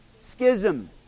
Schism